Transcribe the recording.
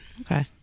Okay